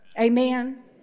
Amen